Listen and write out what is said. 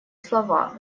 слова